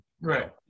right